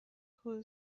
who